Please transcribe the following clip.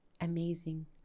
amazing